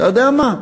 אתה יודע מה,